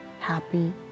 happy